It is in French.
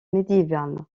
médiévale